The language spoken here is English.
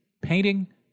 painting